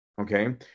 Okay